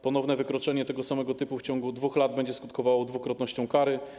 Ponowne wykroczenie tego samego typu w ciągu 2 lat będzie skutkowało dwukrotnością kary.